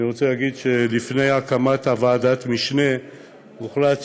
אני רוצה להגיד שלפני הקמת ועדת המשנה הוחלט